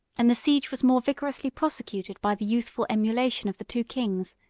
and the siege was more vigorously prosecuted by the youthful emulation of the two kings,